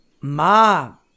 Mom